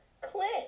clint